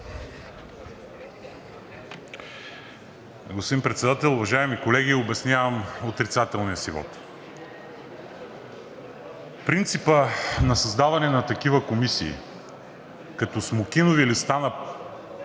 Господин Председател, уважаеми колеги! Обяснявам отрицателния си вот. Принципът на създаване на такива комисии като смокинови листа на